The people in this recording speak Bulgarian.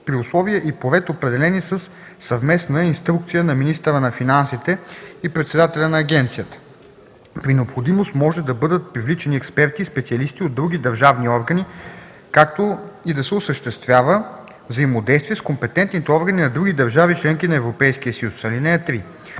при условия и по ред, определени със съвместна инструкция на министъра на финансите и председателя на агенцията. При необходимост може да бъдат привличани експерти и специалисти от други държавни органи, както и да се осъществява взаимодействие с компетентните органи на другите държави – членки на Европейския съюз. (3)